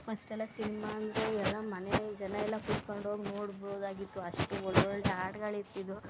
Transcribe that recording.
first ಎಲ್ಲ cinema ಅಂದರೆ ಎಲ್ಲ ಮನೇಲಿ ಜನ ಎಲ್ಲ ಕೂತ್ಕೊಂಡು ಹೋಗ್ ನೋಡ್ಬೋದಾಗಿತ್ತು ಅಷ್ಟು ಒಳೊಳ್ಳೆಯ ಹಾಡ್ಗಳಿರ್ತಿದ್ವು